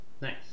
Nice